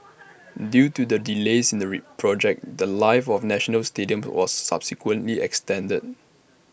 due to the delays in the project The Life of national stadium was subsequently extended